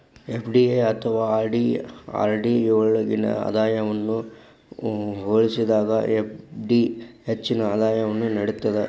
FD ಅಥವಾ RD ಯೊಳ್ಗಿನ ಆದಾಯವನ್ನ ಹೋಲಿಸಿದಾಗ ಎಫ್.ಡಿ ಹೆಚ್ಚಿನ ಆದಾಯವನ್ನು ನೇಡ್ತದ